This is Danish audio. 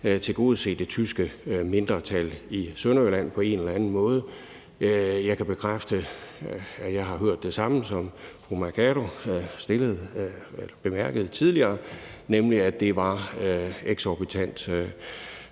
tilgodese det tyske mindretal i Sønderjylland på en eller anden måde. Jeg kan bekræfte, at jeg har hørt det samme, som fru Mai Mercado bemærkede tidligere, nemlig at det var eksorbitant